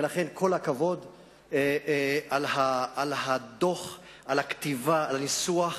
ולכן, כל הכבוד על הדוח, על הכתיבה, על הניסוח,